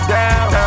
down